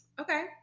Okay